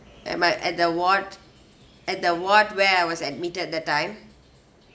am I at the ward at the ward where I was admitted that time